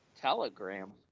Telegram